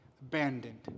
abandoned